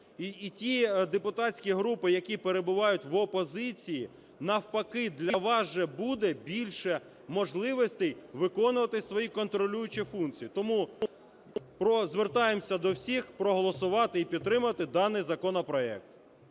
і ті депутатські групи, які перебувають в опозиції, навпаки, для вас же буде більше можливостей виконувати свої контролюючі функції. Тому звертаємося до всіх проголосувати і підтримати даний законопроект.